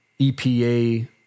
epa